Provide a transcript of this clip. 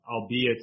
albeit